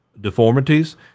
deformities